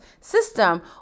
system